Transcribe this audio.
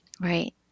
Right